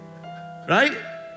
right